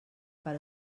per